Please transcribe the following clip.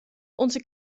onze